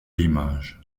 l’image